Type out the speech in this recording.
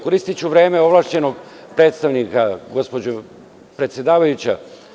Koristiću vreme ovlašćenog predstavnika, gospođo predsedavajuća.